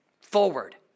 forward